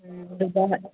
ꯎꯝ ꯑꯗꯨꯗ